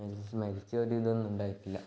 മരിച്ച മരിച്ച ഒരിതൊന്നും ഉണ്ടായിട്ടില്ല